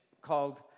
called